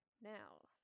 Now